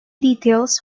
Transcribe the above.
details